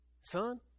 son